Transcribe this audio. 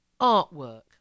artwork